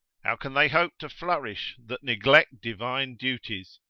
how can they hope to flourish, that neglect divine duties,